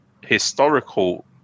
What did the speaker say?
historical